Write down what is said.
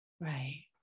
Right